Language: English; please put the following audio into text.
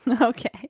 okay